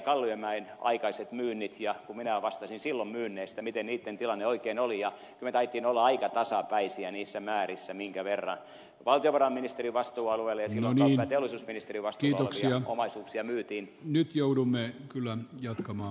kalliomäen aikaiset myynnit menivät kun minä vastasin silloin siitä mikä myyntien tilanne oikein oli ja kyllä me taisimme olla aika tasapäisiä niissä määrissä minkä verran valtiovarainministerin vastuualueella ja silloin kauppa ja teollisuusministerin vastuulla olevia omaisuuksia myytiin